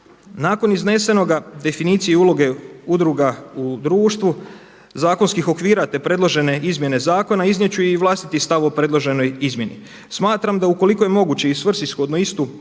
Nakon iznesenoga definiciji i uloge udruga u društvu, zakonskih okvira, te predložene izmjene zakona iznijet ću i vlastiti stav o predloženoj izmjeni. Smatram da ukoliko je moguće i svrsishodno istu